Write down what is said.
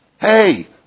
Hey